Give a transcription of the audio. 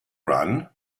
run